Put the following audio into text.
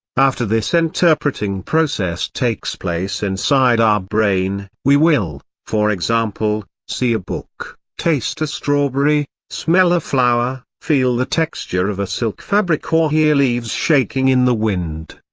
after this interpreting process takes place inside our brain, we will, for example, see a book, taste a strawberry, smell a flower, feel the texture of a silk fabric or hear leaves shaking in the wind.